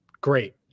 great